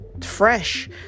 fresh